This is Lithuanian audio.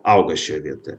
auga šioj vietoje